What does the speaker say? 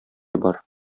бар